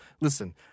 Listen